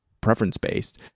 preference-based